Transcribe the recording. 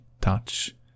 touch